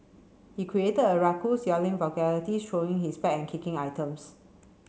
he created a ruckus yelling vulgarity throwing his bag and kicking items